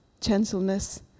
gentleness